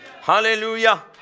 Hallelujah